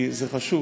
כי זה חשוב.